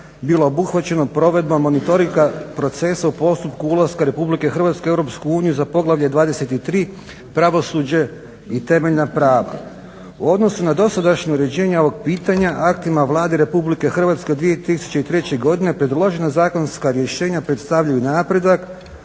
bilo obuhvaćeno provedbom monitoringa procesa u postupku ulaska RH u EU za poglavlje 23 pravosuđe i temeljna prava. U odnosu na dosadašnje uređenje ovog pitanja aktima Vlade RH u 2003. Predložena zakonska rješenja predstavljaju napredak,